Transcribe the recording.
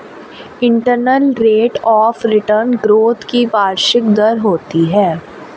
internal rate of return growth की वार्षिक दर होती है